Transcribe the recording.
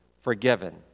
forgiven